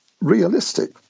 realistic